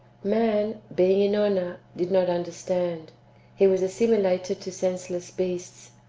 man, being in honour, did not understand he was assimilated to sense less beasts,